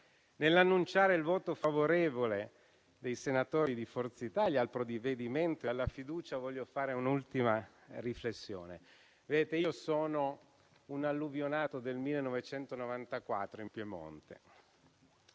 Nell'annunciare il voto favorevole dei senatori di Forza Italia al provvedimento e alla fiducia, voglio fare un'ultima riflessione. Io sono un alluvionato del 1994 in Piemonte